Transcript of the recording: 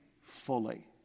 fully